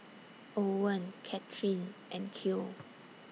Owen Katherine and Cale